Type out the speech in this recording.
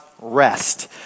rest